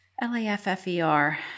L-A-F-F-E-R